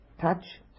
touch